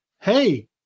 hey